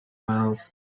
miles